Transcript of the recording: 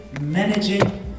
managing